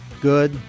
good